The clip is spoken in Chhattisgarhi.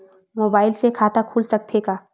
मुबाइल से खाता खुल सकथे का?